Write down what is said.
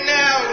now